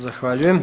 Zahvaljujem.